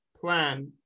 plan